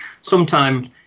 sometime